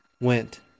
went